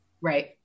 Right